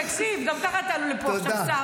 תקשיב, גם ככה תעלה עכשיו שר